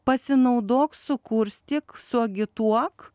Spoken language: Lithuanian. pasinaudok sukurstyk suagituok